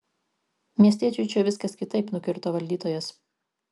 miestiečiui čia viskas kitaip nukirto valdytojas